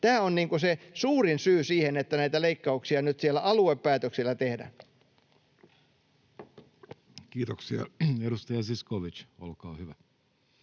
Tämä on se suurin syy siihen, että näitä leikkauksia nyt siellä aluepäätöksillä tehdään. Kolme minuuttia on kulunut,